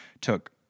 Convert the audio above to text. took